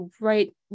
right